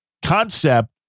concept